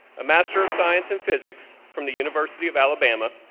a master of science and physics, from the university of alabama,